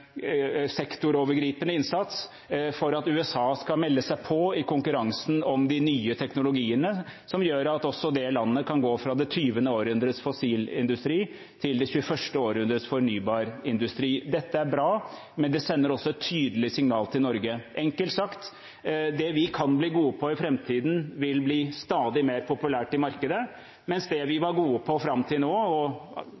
sektorovergripende innsats for at USA skal melde seg på i konkurransen om de nye teknologiene, som gjør at også det landet kan gå fra det 20. århundrets fossilindustri til det 21. århundrets fornybarindustri. Dette er bra, men det sender også et tydelig signal til Norge. Enkelt sagt: Det vi kan bli gode på i framtiden, vil bli stadig mer populært i markedet, mens det vi